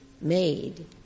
made